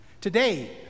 today